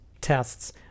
tests